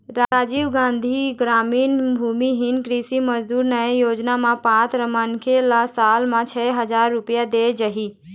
राजीव गांधी गरामीन भूमिहीन कृषि मजदूर न्याय योजना म पात्र मनखे ल साल म छै हजार रूपिया देय जाही